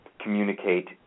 communicate